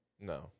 No